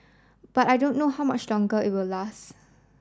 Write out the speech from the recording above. but I don't know how much longer it will last